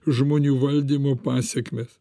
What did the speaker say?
žmonių valdymo pasekmes